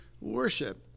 worship